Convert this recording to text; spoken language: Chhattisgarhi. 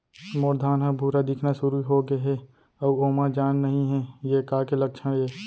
मोर धान ह भूरा दिखना शुरू होगे हे अऊ ओमा जान नही हे ये का के लक्षण ये?